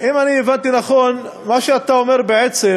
אם אני הבנתי נכון, מה שאתה אומר בעצם,